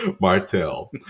Martell